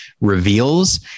reveals